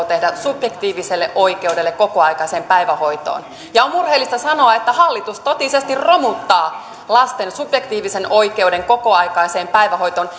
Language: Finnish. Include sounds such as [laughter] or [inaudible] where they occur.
[unintelligible] tehdä subjektiiviselle oikeudelle kokoaikaiseen päivähoitoon ja on murheellista sanoa että hallitus totisesti romuttaa lasten subjektiivisen oikeuden kokoaikaiseen päivähoitoon [unintelligible]